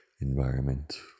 environment